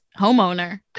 homeowner